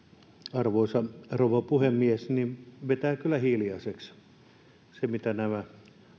arvoisa rouva puhemies vetää kyllä hiljaiseksi se mitä nämä